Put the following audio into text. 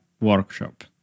workshop